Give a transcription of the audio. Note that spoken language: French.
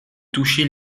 touchait